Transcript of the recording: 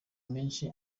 menshi